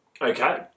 Okay